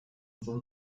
den